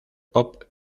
pop